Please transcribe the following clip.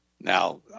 Now